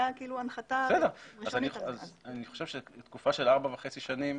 אני חושב שתקופה של ארבע וחצי שנים,